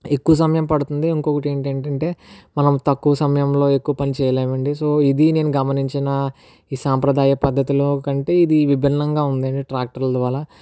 ఎక్కువ సమయం పడుతుంది ఇంకొకటి ఏంటంటే మనం తక్కువ సమయంలో ఎక్కువ పని చేయలేమండి సో ఇది నేము గమనించిన ఈ సాంప్రదాయ పద్ధతులు కంటే ఇది విభిన్నంగా ఉందండి ట్రాక్టర్లు ద్వారా